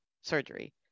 surgery